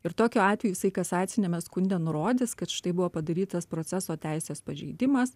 ir tokiu atveju kasaciniame skunde nurodys kad štai buvo padarytas proceso teisės pažeidimas